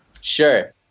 Sure